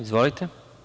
Izvolite.